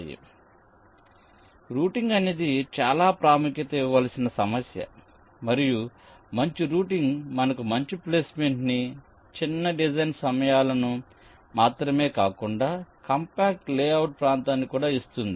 కాబట్టి రూటింగ్ అనేది చాలా ప్రాముఖ్యత ఇవ్వవలసిన సమస్య మరియు మంచి రూటింగ్ మనకు మంచి ప్లేస్మెంట్ ని చిన్న డిజైన్ సమయాలను మాత్రమే కాకుండా కాంపాక్ట్ లేఅవుట్ ప్రాంతాన్ని కూడా ఇస్తుంది